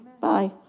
Bye